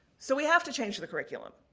so, we have to change the curriculum.